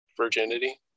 virginity